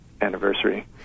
anniversary